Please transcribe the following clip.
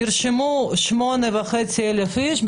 שנרשמו 8,500 איש,